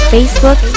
Facebook